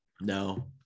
No